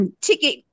ticket